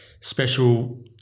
special